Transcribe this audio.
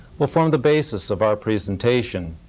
will form the basis of our presentation.